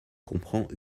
comprend